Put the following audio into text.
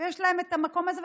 ויש להם את המקום הזה,